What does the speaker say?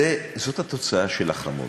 זאת התוצאה של החרמות.